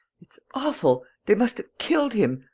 it's awful. they must have killed him.